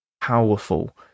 powerful